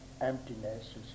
emptiness